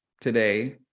today